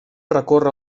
recórrer